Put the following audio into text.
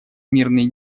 мирные